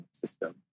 system